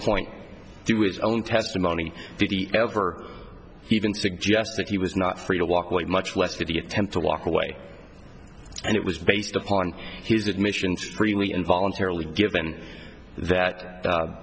point do is own testimony did he ever even suggest that he was not free to walk with much less to the attempt to walk away and it was based upon his admissions freely and voluntarily given that